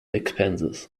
expenses